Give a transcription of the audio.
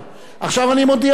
עכשיו אני מודיע לכם,